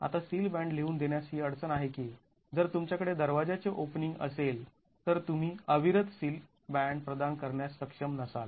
आता seal band लिहून देण्यास ही अडचण आहे की जर तुमच्याकडे दरवाज्याचे ओपनिंग असेल तर तुम्ही अविरत सील बॅन्ड प्रदान करण्यास सक्षम नसाल